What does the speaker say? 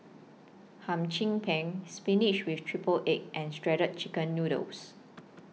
Hum Chim Peng Spinach with Triple Egg and Shredded Chicken Noodles